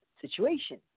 situation